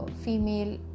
female